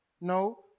no